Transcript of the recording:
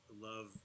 love